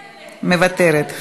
מוותרת,